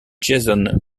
jason